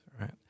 right